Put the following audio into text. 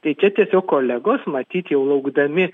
tai čia tiesiog kolegos matyt jau laukdami